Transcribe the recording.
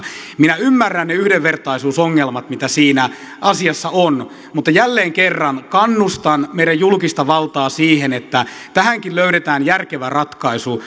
minä ymmärrän ne yhdenvertaisuusongelmat mitä siinä asiassa on mutta jälleen kerran kannustan julkista valtaa siihen että tähänkin löydetään järkevä ratkaisu